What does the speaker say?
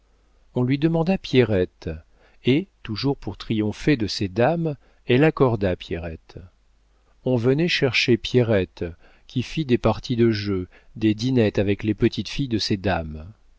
on lui demanda pierrette et toujours pour triompher de ces dames elle accorda pierrette on venait chercher pierrette qui fit des parties de jeu des dînettes avec les petites filles de ces dames